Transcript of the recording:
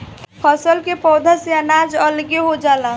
फसल के पौधा से अनाज अलगे हो जाला